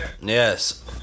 Yes